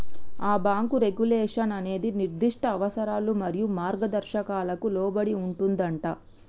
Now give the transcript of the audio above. ఆ bank regulation అనేది నిర్దిష్ట అవసరాలు మరియు మార్గదర్శకాలకు లోబడి ఉంటుందంటా